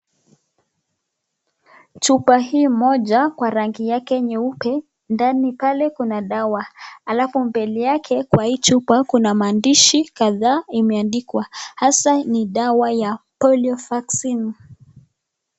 chupa hii moja kwa rangi yake nyeupe, ndani pale kuna dawa, alafu mbele yake hii chupa kuna maandishi kadhaa imeandikwa, hasa ni dawa ya polio vaccine